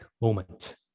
Moment